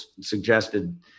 suggested